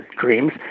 dreams